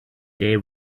they